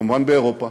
וכמובן באירופה,